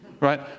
Right